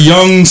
Young